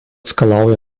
skalauja